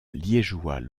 liégeois